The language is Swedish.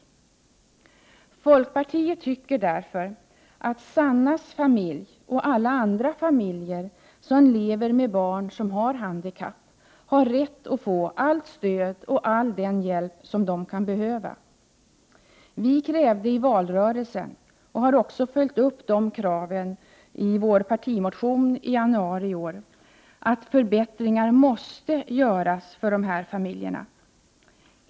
Vi i folkpartiet tycker därför att Sannas familj och alla andra familjer som lever med barn med handikapp har rätt att få allt stöd och all den hjälp som de kan behöva. Vi krävde i valrörelsen — och har också följt upp dessa krav i vår partimotion från januari i år — att förbättringar måste göras för de här familjerna.